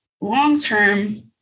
long-term